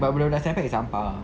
but budak-budak saint pat~ is sampah